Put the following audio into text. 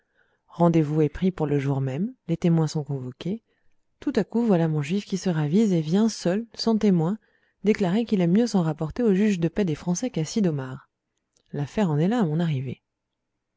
rendez-vous est pris pour le jour même les témoins sont convoqués tout à coup voilà mon juif qui se ravise et vient seul sans témoins déclarer qu'il aime mieux s'en rapporter au juge de paix des français qu'à sid'omar l'affaire en est là à mon arrivée